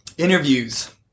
Interviews